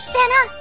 Santa